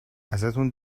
ازتون